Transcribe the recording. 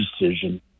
decision